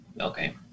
Okay